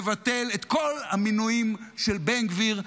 נבטל את כל המינויים של בן גביר,